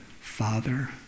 Father